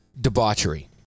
Debauchery